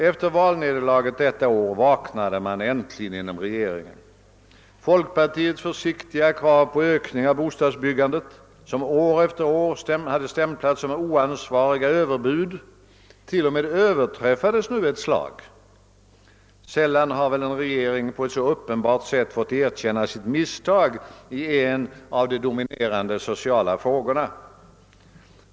Efter valnederlaget detta år vaknade man äntligen inom regeringen. Folkpartiets försiktiga krav på ökning av bostadsbyggandet, som år efter år hade stämplats som oansvariga Ööverbud, t.o.m. överträffades nu ett slag. Sällan har väl en regering på ett så uppenbart sätt fått erkänna sitt misstag i en av de dominerande sociala frågorna.